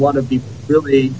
want to be really